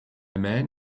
man